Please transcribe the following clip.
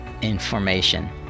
information